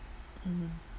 mm